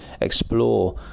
explore